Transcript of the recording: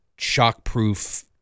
shockproof